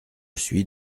suis